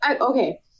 Okay